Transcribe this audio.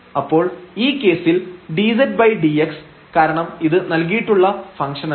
അപ്പോൾ ഈ കേസിൽ ∂z ∂x കാരണം ഇത് നൽകിയിട്ടുള്ള ഫംഗ്ഷനല്ല